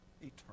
eternal